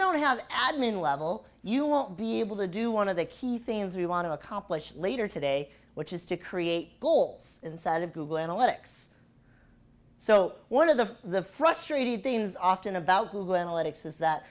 don't have admin level you won't be able to do one of the key things we want to accomplish later today which is to create goals inside of google analytics so one of the frustrating things often about google analytics is that